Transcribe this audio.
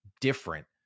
different